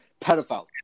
pedophile